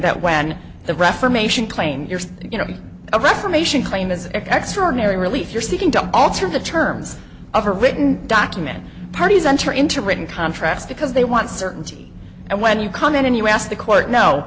that when the reformation claimed you know a reformation claim is extraordinary really if you're seeking to alter the terms of a written document parties enter into written contracts because they want certainty and when you come in and you ask the court no